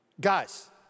guys